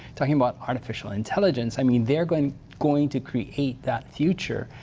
talking about artificial intelligence, i mean, they're going going to create that future,